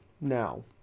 Now